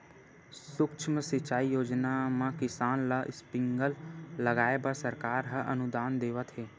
सुक्ष्म सिंचई योजना म किसान ल स्प्रिंकल लगाए बर सरकार ह अनुदान देवत हे